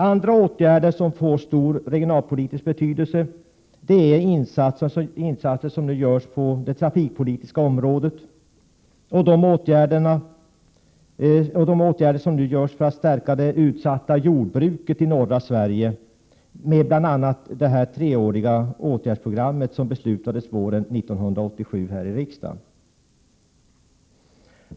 Andra åtgärder som får stor regionalpolitisk betydelse är de insatser som görs på det trafikpolitiska området och åtgärderna som vidtas för att stärka det utsatta jordbruket i norra Sverige, bl.a. det treåriga åtgärdsprogrammet som riksdagen fattade beslut om våren 1987.